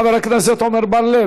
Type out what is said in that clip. חבר הכנסת עמר בר-לב,